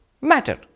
Matter